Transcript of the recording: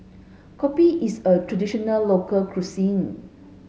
Kopi is a traditional local cuisine